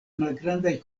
malgrandaj